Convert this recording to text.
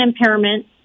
impairment